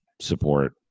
support